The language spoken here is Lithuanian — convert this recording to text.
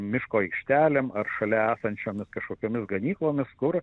miško aikštelėm ar šalia esančiomis kažkokiomis ganyklomis kur